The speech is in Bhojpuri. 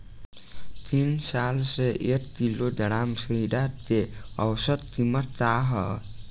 तीन साल से एक किलोग्राम खीरा के औसत किमत का ह?